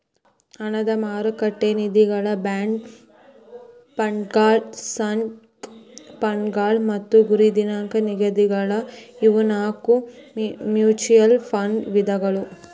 ಹಣದ ಮಾರುಕಟ್ಟೆ ನಿಧಿಗಳ ಬಾಂಡ್ ಫಂಡ್ಗಳ ಸ್ಟಾಕ್ ಫಂಡ್ಗಳ ಮತ್ತ ಗುರಿ ದಿನಾಂಕ ನಿಧಿಗಳ ಇವು ನಾಕು ಮ್ಯೂಚುಯಲ್ ಫಂಡ್ ವಿಧಗಳ